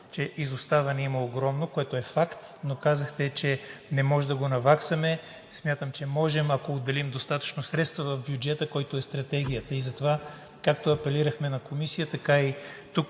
изоставане, което е факт, но казахте, че не може да го наваксаме. Смятам, че можем, ако отделим достатъчно средства в бюджета, което е и стратегията ни. Както апелирахме в Комисията, така и тук